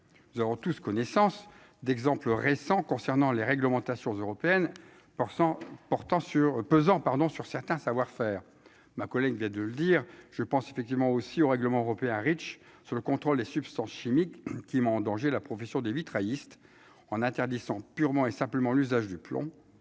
nous avons tous connaissance d'exemples récents concernant les réglementations européennes % portant sur pesant pardon sur certains savoir-faire ma collègue vient de le dire, je pense effectivement aussi au règlement européen Reach sur le contrôle des substances chimiques qui m'en danger la profession des vitrailliste en interdisant purement et simplement l'usage du plomb,